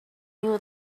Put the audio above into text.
new